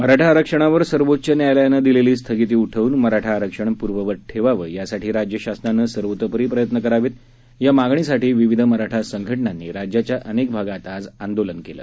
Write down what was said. मराठा आरक्षणावर सर्वोच्च न्यायालयानं दिलेली स्थगिती उठवून मराठा आरक्षण पूर्ववत ठेवावं यासाठी राज्य शासनानं सर्वतोपरी प्रयत्न करावेत या मागणीसाठी विविध मराठा संघटनांनी राज्याच्या अनेक भागात आज आंदोलन केलं